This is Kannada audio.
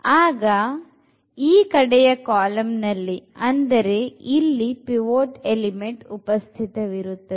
ಆಗ ಈ ಕಡೆಯ ಕಾಲಂ ನಲ್ಲಿ ಅಂದರೆ ಇಲ್ಲಿ ಪಿವೊಟ್ ಎಲಿಮೆಂಟ್ ಉಪಸ್ಥಿತವಿರುತ್ತದೆ